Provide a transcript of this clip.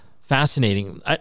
fascinating